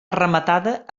rematada